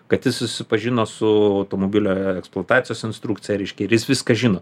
kad jis susipažino su automobilio eksploatacijos instrukcija reiškia ir jis viską žino